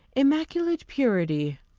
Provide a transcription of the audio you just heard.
immaculate purity!